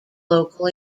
local